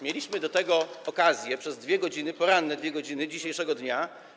Mieliśmy ku temu okazję przez 2 godziny, poranne 2 godziny dzisiejszego dnia.